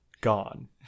gone